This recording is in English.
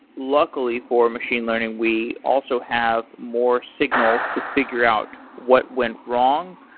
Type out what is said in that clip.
luckily for machine learning, we also have more signals to figure out what went wrong.